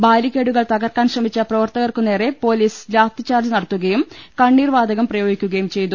ബാരിക്കേഡുകൾ തകർക്കാൻ ശ്രമിച്ച പ്രവർത്തകർക്കു നേരെ പൊലീസ് ലാത്തിചാർജ് നടത്തു കയും കണ്ണീർവാതകം പ്രയോഗിക്കുകയും ചെയ്തു